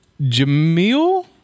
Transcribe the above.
Jamil